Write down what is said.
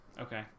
okay